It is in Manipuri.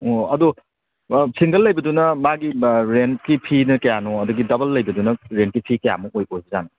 ꯑꯣ ꯑꯗꯣ ꯁꯤꯡꯒꯜ ꯂꯩꯕꯗꯨꯅ ꯃꯥꯒꯤ ꯔꯦꯟꯠꯀꯤ ꯐꯤꯅ ꯀꯌꯥꯅꯣ ꯑꯗꯒꯤ ꯗꯕꯜ ꯂꯩꯕꯗꯨꯅ ꯔꯦꯟꯠꯒꯤ ꯐꯤ ꯀꯌꯥꯃꯨꯛ ꯑꯣꯏ ꯑꯣꯏꯕꯖꯥꯠꯅꯣ